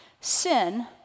Sin